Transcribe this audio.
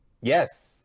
yes